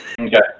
Okay